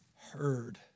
heard